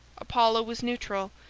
apollo was neutral,